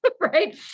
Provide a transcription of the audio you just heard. Right